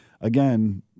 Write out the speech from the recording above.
again